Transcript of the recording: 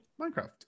Minecraft